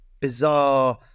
bizarre